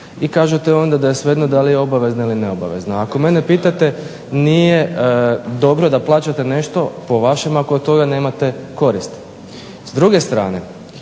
i kažete onda da je svejedno da li je obavezna ili neobavezna. Ako mene pitate nije dobro da plaćate nešto po vašem ako od toga nemate koristi. S druge strane,